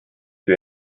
für